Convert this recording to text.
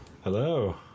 Hello